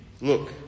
Look